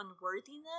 unworthiness